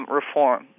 reform